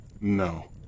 No